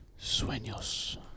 sueños